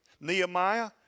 Nehemiah